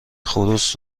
خروس